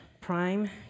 prime